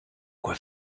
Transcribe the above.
quoi